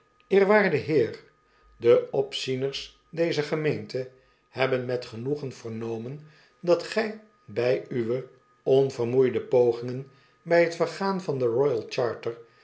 eerwaarde heer de opzieners dezer gemeente hebben met genoegen vernomen dat gij bij uwe onvermoeide pogingen bij t vergaan van de royal charter